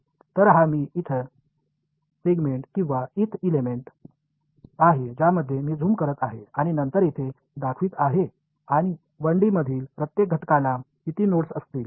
तर हा मी इथ सेगमेंट किंवा इथ एलिमेंट आहे ज्यामध्ये मी झूम करत आहे आणि नंतर येथे दाखवित आहे आणि 1 डी मधील प्रत्येक घटकाला किती नोड्स असतील